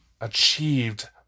achieved